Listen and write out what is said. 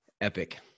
Epic